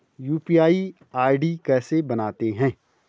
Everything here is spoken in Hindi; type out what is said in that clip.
यु.पी.आई आई.डी कैसे बनाते हैं?